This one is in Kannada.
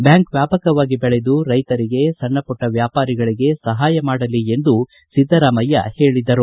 ಬ್ಯಾಂಕ್ ವ್ಯಾಪಕವಾಗಿ ಬೆಳೆದು ರೈತರಿಗೆ ಸಣ್ಣ ಪುಟ್ಟ ವ್ಲಾಪಾರಿಗಳಿಗೆ ಸಹಾಯ ಮಾಡಲಿ ಎಂದು ಸಿದ್ಧರಾಮಯ್ಯ ಹೇಳಿದರು